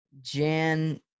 Jan